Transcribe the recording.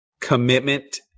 commitment